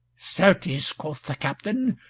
certes, quoth the captain,